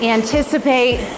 Anticipate